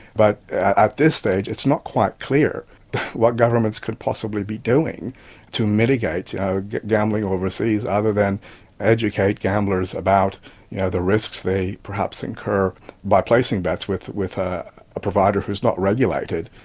but at this stage it's not quite clear what governments could possibly be doing to mitigate gambling overseas, other than educate gamblers about you know the risks they perhaps incur by placing bets with a ah provider who is not regulated.